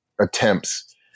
attempts